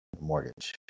mortgage